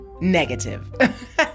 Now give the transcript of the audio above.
negative